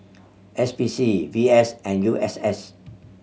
S P C V S and U S S